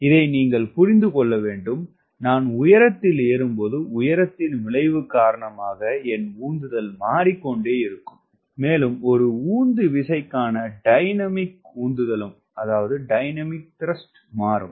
இதை நீங்கள் புரிந்து கொள்ள வேண்டும் நான் உயரத்தில் ஏறும்போது உயரத்தின் விளைவு காரணமாக என் உந்துதல் மாறிக்கொண்டே இருக்கும் மேலும் ஒரு உந்துவிசைக்கான டைனமிக் உந்துதலும் மாறும்